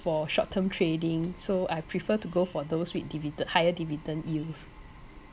for short term trading so I prefer to go for those with divid~ higher dividend yields